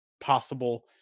possible